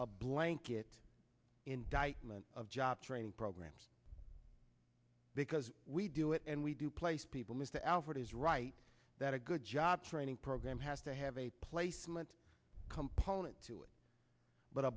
a blanket indictment of job training programs because we do it and we do place people missed the alford is right that a good job training program has to have a placement component to it but a